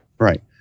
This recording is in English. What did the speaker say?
Right